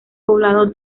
poblado